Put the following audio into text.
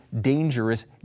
dangerous